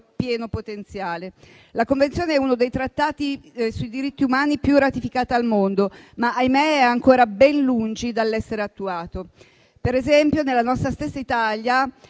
pieno potenziale. La Convenzione è uno dei trattati sui diritti umani più ratificata al mondo, ma - ahimè - è ancora ben lungi dall'essere attuata. Per esempio, la nostra stessa Italia